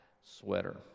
sweater